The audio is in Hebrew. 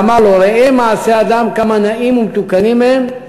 ואמר לו: ראה מעשי כמה נאים ומתוקנים הן,